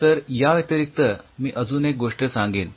तर या व्यतिरिक्त मी अजून एक गोष्ट सांगेन